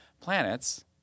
planets